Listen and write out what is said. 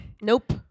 Nope